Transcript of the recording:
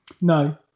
No